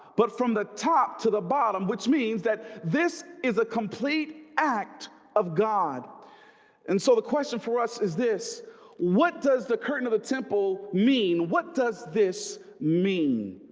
but from the top to the bottom which means that this is a complete of god and so the question for us is this what does the curtain of the temple mean? what does this mean?